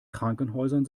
krankenhäusern